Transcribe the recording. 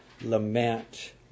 lament